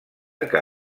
que